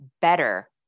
better